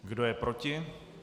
Kdo je proti?